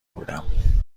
بودم